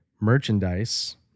merchandise